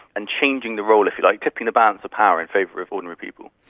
and changing the role, if you like, tipping the balance of power in favour of ordinary people.